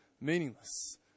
Meaningless